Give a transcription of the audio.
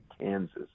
Kansas